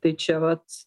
tai čia vat